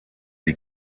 die